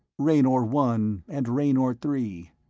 raynor one and raynor three.